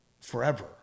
forever